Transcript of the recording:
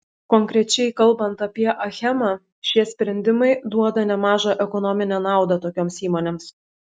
konkrečiai kalbant apie achemą šie sprendimai duoda nemažą ekonominę naudą tokioms įmonėms